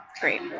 Great